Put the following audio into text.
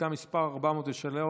שאילתה מס' 403,